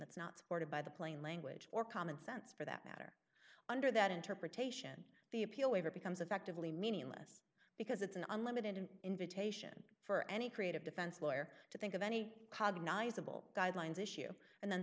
that's not supported by the plain language or common sense for that matter under that interpretation the appeal waiver becomes effectively meaningless because it's an unlimited an invitation for any creative defense lawyer to think of any cognize of all guidelines issue and then